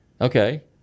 Okay